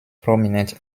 prominent